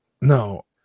No